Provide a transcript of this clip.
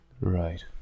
Right